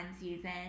season